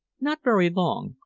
not very long.